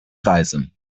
reise